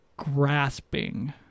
grasping